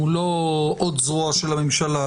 הוא לא עוד זרוע של הממשלה.